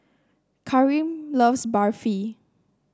Karim loves Barfi